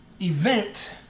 event